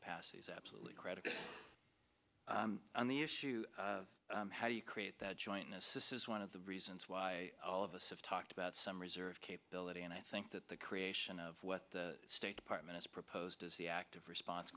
capacity is absolutely credible on the issue of how do you create that jointness is one of the reasons why all of us have talked about some reserve capability and i think that the creation of what the state department has proposed is the active response